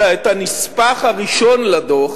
אלא את הנספח הראשון לדוח